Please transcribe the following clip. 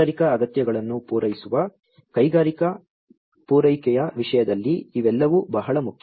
ಕೈಗಾರಿಕಾ ಅಗತ್ಯಗಳನ್ನು ಪೂರೈಸುವ ಕೈಗಾರಿಕಾ ಪೂರೈಕೆಯ ವಿಷಯದಲ್ಲಿ ಇವೆಲ್ಲವೂ ಬಹಳ ಮುಖ್ಯ